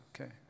Okay